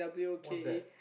what's that